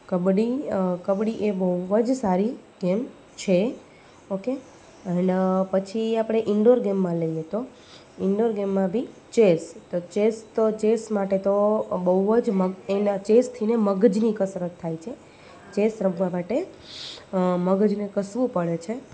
કબડ્ડી કબડ્ડી એ બહુ જ સારી ગેમ છે ઓકે પછી આપણે ઇન્ડોર ગેમમાં લઈએ તો ઇન્ડોર ગેમમાં બી ચેસ તો ચેસ તો ચેસ માટે તો બહુ જ એના ચેસથી ને મગજની કસરત થાય છે ચેસ રમવા માટે મગજને કસવું પડે છે